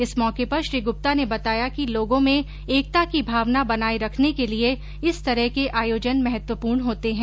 इस मौके पर श्री गुप्ता ने बताया कि लोगों में एकता की भावना बनाये रखने के लिये इस तरह के आयोजन महत्वपूर्ण होते है